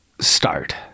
start